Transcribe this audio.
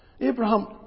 Abraham